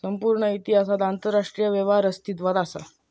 संपूर्ण इतिहासात आंतरराष्ट्रीय व्यापार अस्तित्वात असा